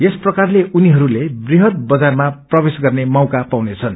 यस प्रकारले उनीहरूले वृहत बजारमा प्रवेश गर्ने मौका पाउनेछन्